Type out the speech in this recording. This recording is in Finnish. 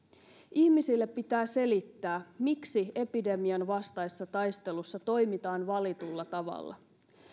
ihmisille pitää selittää miksi epidemian vastaisessa taistelussa toimitaan valitulla tavalla